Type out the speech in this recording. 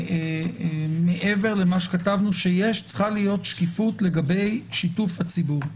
מעבר למה שכתבנו שצריכה להיות שקיפות לגבי שיתוף הציבור.